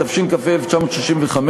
התשכ"ה 1965,